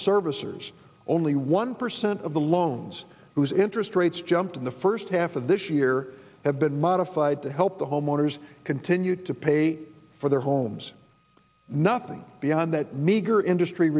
servicers only one percent of the loans whose interest rates jumped in the first half of this year have been modified to help the homeowners continue to pay for their homes nothing beyond that meager industry